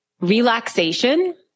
Relaxation